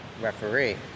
referee